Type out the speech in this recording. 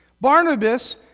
Barnabas